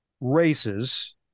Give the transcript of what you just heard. races